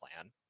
plan